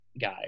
guy